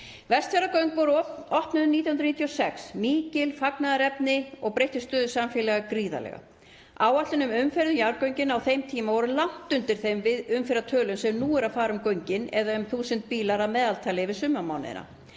Vestfjarðagöng voru opnuð 1996, mikið fagnaðarefni, og breyttu þau stöðu samfélaga gríðarlega. Áætlanir um umferð um jarðgöngin á þeim tíma voru langt undir þeirri umferð sem nú er um göngin, eða um 1.000 bílar að meðaltali yfir sumarmánuðina.